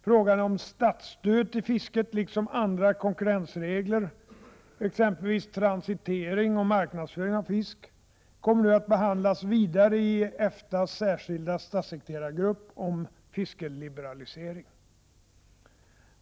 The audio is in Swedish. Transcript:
Frågan om statsstöd till fisket liksom andra konkurrensregler, exempelvis transitering och marknadsföring av fisk, kommer nu att behandlas vidare i EFTA:s särskilda statssekreterargrupp om fiskeliberalisering.